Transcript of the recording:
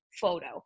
photo